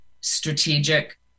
strategic